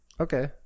Okay